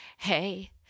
Hey